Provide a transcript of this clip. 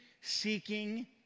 seeking